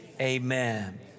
amen